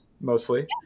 mostly